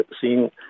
seen